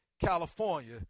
California